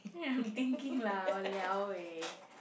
ya I am thinking lah !walao! eh